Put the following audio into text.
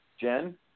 jen